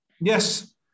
Yes